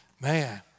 Man